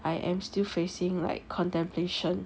I am still facing like contemplation